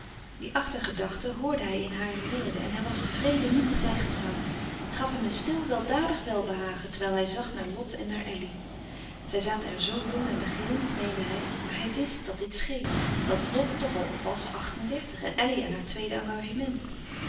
die achtergedachte hoorde hij in hare woorden en hij was tevreden niet te zijn getrouwd het gaf hem een stil weldadig welbehagen terwijl hij zag naar lot en naar elly zij zaten er zoo jong en beginnend meende hij maar hij wist dat dit scheen dat lot toch al was acht-en-dertig en elly aan haar tweede engagement